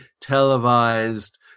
televised